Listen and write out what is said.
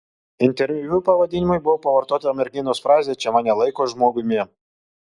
interviu pavadinimui buvo pavartota merginos frazė čia mane laiko žmogumi